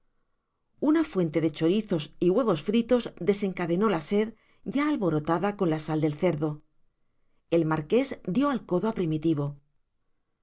una fuente de chorizos y huevos fritos desencadenó la sed ya alborotada con la sal del cerdo el marqués dio al codo a primitivo